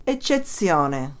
Eccezione